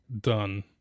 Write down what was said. done